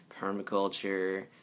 permaculture